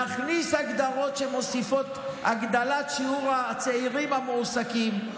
נכניס הגדרות שמוסיפות את הגדלת שיעור הצעירים המועסקים.